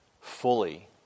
fully